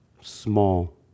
small